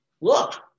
Look